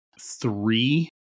three